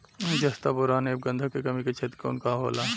जस्ता बोरान ऐब गंधक के कमी के क्षेत्र कौन कौनहोला?